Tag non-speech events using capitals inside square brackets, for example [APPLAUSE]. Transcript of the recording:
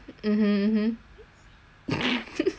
[LAUGHS]